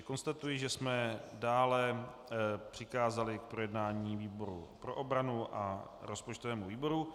Konstatuji, že jsme dále přikázali k projednání výboru pro obranu a rozpočtovému výboru.